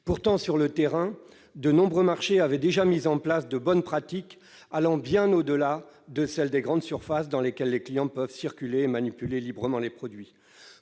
Pourtant, sur le terrain, de nombreux marchés avaient déjà mis en place de bonnes pratiques allant bien au-delà de celles des grandes surfaces, dans lesquelles les clients peuvent circuler et manipuler librement les produits.